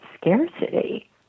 scarcity